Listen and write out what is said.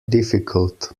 difficult